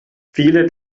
viele